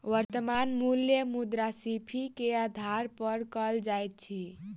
वर्त्तमान मूल्य मुद्रास्फीति के आधार पर कयल जाइत अछि